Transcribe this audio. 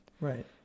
Right